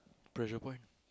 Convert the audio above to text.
pressure point